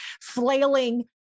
flailing